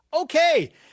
okay